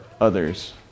others